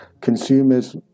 consumers